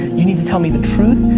you need to tell me the truth.